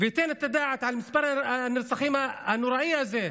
וייתן את הדעת על מספר הנרצחים הנוראי הזה.